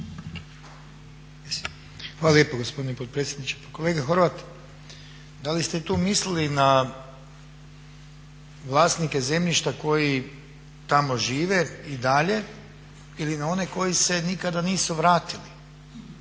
Hvala lijepo gospodine potpredsjedniče. Pa kolega Horvat, da li ste tu mislili na vlasnike zemljišta koji tamo žive i dalje ili na one koji se nikada nisu vratili?